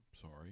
sorry